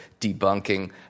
debunking